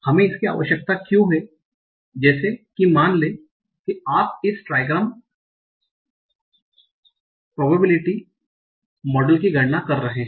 हमें इसकी आवश्यकता क्यों है कि मान लें कि आप इस trigram back off probability model की गणना कर रहे हैं